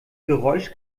geräusch